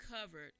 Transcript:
covered